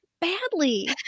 badly